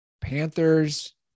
Panthers